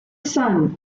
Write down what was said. son